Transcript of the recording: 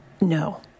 No